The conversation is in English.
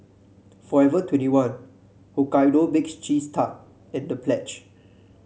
Forever Twenty One Hokkaido Baked Cheese Tart and Pledge